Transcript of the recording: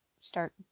start